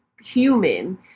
human